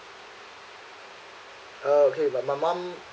uh okay my my mum